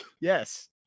Yes